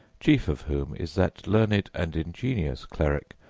chief of whom is that learned and ingenious cleric,